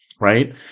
right